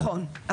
נכון.